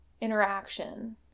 interaction